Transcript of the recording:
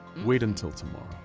wait until tomorrow.